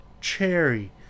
cherry